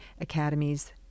academies